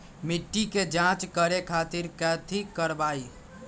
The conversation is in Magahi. मिट्टी के जाँच करे खातिर कैथी करवाई?